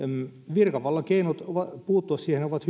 virkavallan keinot puuttua siihen ovat